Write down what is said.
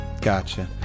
Gotcha